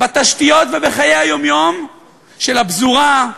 בתשתיות ובחיי היום-יום של הפזורה,